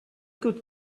good